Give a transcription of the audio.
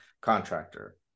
contractor